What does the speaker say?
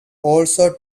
also